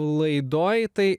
laidoje tai